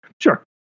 Sure